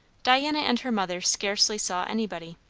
diana and her mother scarcely saw anybody.